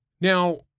Now